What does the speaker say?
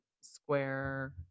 square